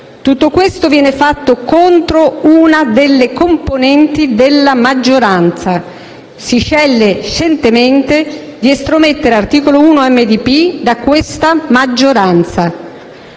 Tutto ciò viene fatto contro una delle componenti della maggioranza: si sceglie scientemente di estromettere Articolo 1-MDP da questa maggioranza.